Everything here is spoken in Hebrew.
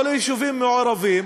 או ליישובים מעורבים,